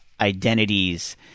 identities